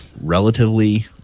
relatively